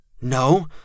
No